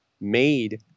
made